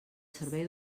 servei